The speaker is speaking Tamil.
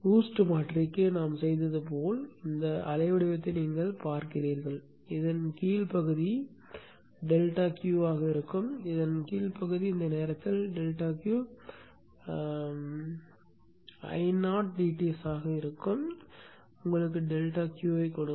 BOOST மாற்றிக்கு நாம் செய்தது போல் இந்த அலை வடிவத்தை நீங்கள் பார்க்கிறீர்கள் இதன் கீழ் பகுதி டெல்டா Q ஆக இருக்கும் இதன் கீழ் பகுதி இந்த நேரத்தில் டெல்டா Q IodTs ஆக இருக்கும் உங்களுக்கு டெல்டா Q ஐக் கொடுக்கும்